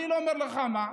אני לא אומר לך מה.